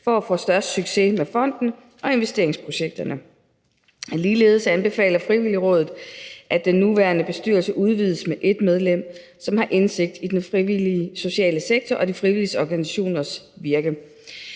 for at få størst succes med fonden og investeringsprojekterne. Ligeledes anbefaler Frivilligrådet, at den nuværende bestyrelse udvides med 1 medlem, som har indsigt i den frivillige sociale sektor og de frivillige organisationers virke.